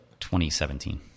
2017